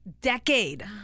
decade